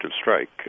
strike